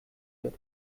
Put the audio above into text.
wird